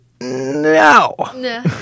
no